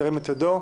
ירים את ידו.